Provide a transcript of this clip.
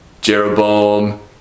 Jeroboam